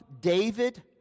David